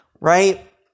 right